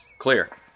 Clear